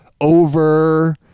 over